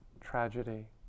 tragedy